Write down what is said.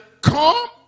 come